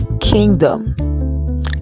Kingdom